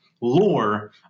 lore